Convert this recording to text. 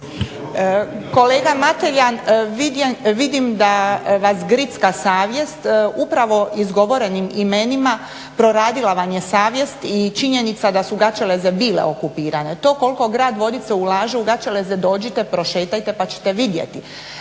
Kolega Mateljan vidim da vas gricka savjest o upravo izgovorenim imenima, proradila vam je savjest i činjenica da ću Gaćeleze bile okupirane. To koliko grad Vodice ulaže u Gaćeleze, dođite, prošetajte pa ćete vidjeti.